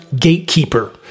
gatekeeper